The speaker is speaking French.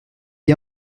est